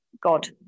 God